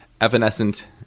evanescent